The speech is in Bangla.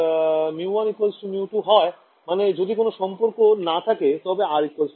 যদি ε1 ε2 μ1 μ2 হয় মানে যদি কোন সম্পর্ক না থাকে তবে R0 হবে